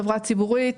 חברה ציבורית